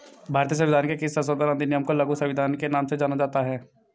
भारतीय संविधान के किस संशोधन अधिनियम को लघु संविधान के नाम से जाना जाता है?